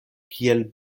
kiel